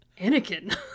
Anakin